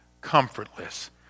comfortless